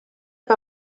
que